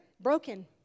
broken